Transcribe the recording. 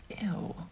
Ew